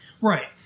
Right